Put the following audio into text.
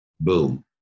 Boom